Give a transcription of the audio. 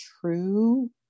true